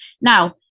Now